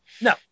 No